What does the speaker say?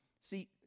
See